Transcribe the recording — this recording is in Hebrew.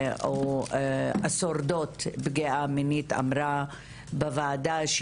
או השורדות פגיעה מינית אמרה בוועדה,